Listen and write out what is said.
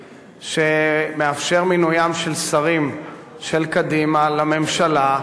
שמאפשר מינויים של שרים של קדימה לממשלה.